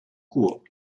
court